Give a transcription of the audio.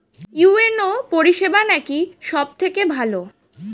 UNO পরিসেবা নাকি সব থেকে ভালো?